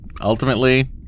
ultimately